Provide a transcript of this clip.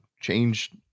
change –